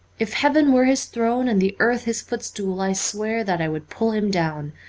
if heaven were his throne and the earth his footstool i swear that i would pull him down.